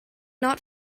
not